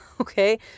Okay